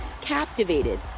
captivated